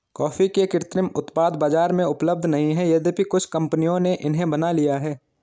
coffee के कृत्रिम उत्पाद बाजार में उपलब्ध नहीं है यद्यपि कुछ कंपनियों ने इन्हें बना लिया है